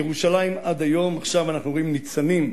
ירושלים, עד היום, עכשיו אנחנו רואים ניצנים,